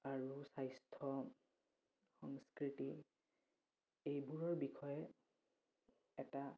আৰু স্বাস্থ্য সংস্কৃতি এইবোৰৰ বিষয়ে এটা